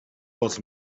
бол